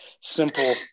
simple